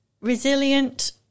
Resilient